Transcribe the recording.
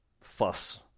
fuss